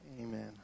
amen